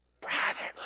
Privately